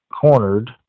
cornered